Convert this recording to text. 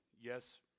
yes